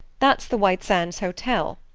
that's the white sands hotel.